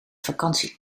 vakantie